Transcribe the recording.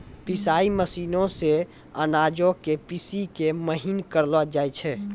पिसाई मशीनो से अनाजो के पीसि के महीन करलो जाय छै